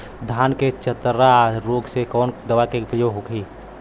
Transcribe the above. धान के चतरा रोग में कवन दवा के प्रयोग होई?